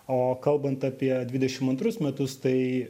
o kalbant apie dvidešim antrus metus tai